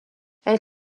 elle